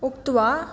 उक्त्वा